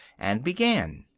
and began,